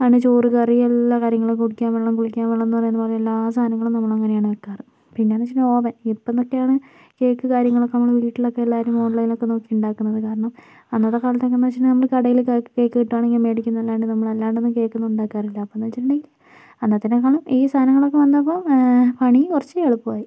ആണ് ചോറ് കറി എല്ലാ കാര്യങ്ങളും കുടിക്കാന് വെള്ളം കുളിക്കാന് വെള്ളം എന്ന് പറയുന്ന പറഞ്ഞപോലെ എല്ലാ സാധനങ്ങളും നമ്മള് അങ്ങനെയാണ് വെക്കാറ് പിന്നെ എന്ന് വച്ച് കഴിഞ്ഞാൽ ഓവന് ഇപ്പം എന്ന് ഒക്കെയാണ് കേക്ക് കാര്യങ്ങളൊക്കെ നമ്മള് വീട്ടിലൊക്കെ എല്ലാവരും ഓണ്ലൈന് ഒക്കെ നോക്കി ഉണ്ടാക്കുന്നത് കാരണം അന്നത്തെ കാലത്ത് എന്നൊക്കെ വച്ച് കഴിഞ്ഞാല് നമ്മള് കടയിലൊക്കെ കേക്ക് കിട്ടുവാണേൽ മേടിക്കും എന്നല്ലാണ്ട് നമ്മള് അല്ലാണ്ടൊന്നും കേക്ക് ഒന്നും ഉണ്ടാക്കാറില്ല അപ്പമെന്ന് വച്ചിട്ടുണ്ടെങ്കില് അന്നത്തതിനേക്കാളും ഈ സാധനങ്ങള് ഒക്കെ വന്നപ്പോൾ പണി കുറച്ച് എളുപ്പമായി